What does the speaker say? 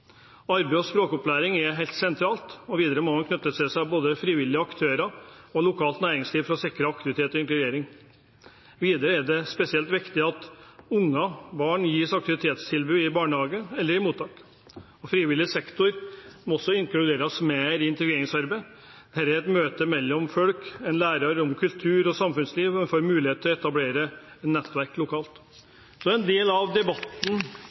Arbeid og språkopplæring er helt sentralt. Videre må man knytte til seg både frivillige aktører og lokalt næringsliv for å sikre aktivitet og inkludering. Det er spesielt viktig at barn gis aktivitetstilbud i barnehage eller i mottak, og frivillig sektor må også inkluderes mer i integreringsarbeidet. Dette er et møte mellom folk – en lærer om kultur og samfunnsliv og får mulighet til å etablere nettverk lokalt. Det er en del av debatten